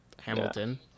Hamilton